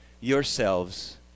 yourselves